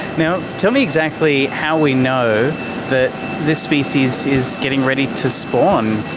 now, tell me exactly how we know that this species is getting ready to spawn.